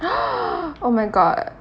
oh my god